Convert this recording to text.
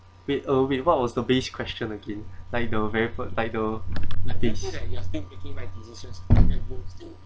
wait uh wait what was the base question again like the very fir~ like the base